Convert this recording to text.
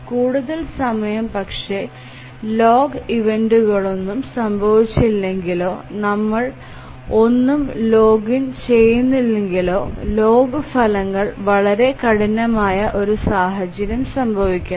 കൂടുതൽ സമയം പക്ഷേ ലോഗ് ഇവന്റുകളൊന്നും സംഭവിച്ചില്ലെങ്കിലോ നമ്മൾ ഒന്നും ലോഗിൻ ചെയ്യുന്നില്ലെങ്കിലോ ലോഗ് ഫലങ്ങളിൽ വളരെ കഠിനമായ ഒരു സാഹചര്യം സംഭവിക്കുന്നു